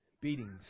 Beatings